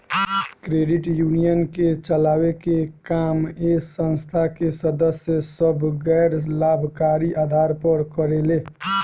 credit union के चलावे के काम ए संस्था के सदस्य सभ गैर लाभकारी आधार पर करेले